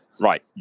right